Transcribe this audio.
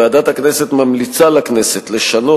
ועדת הכנסת ממליצה לכנסת לשנות,